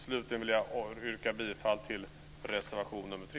Slutligen vill jag yrka bifall till reservation 3.